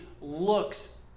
looks